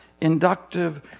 inductive